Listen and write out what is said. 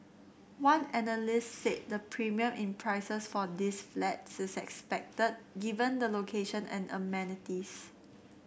one analyst said the premium in prices for these flats is expected given the location and amenities